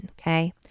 okay